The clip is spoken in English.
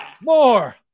More